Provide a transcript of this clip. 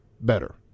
better